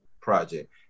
project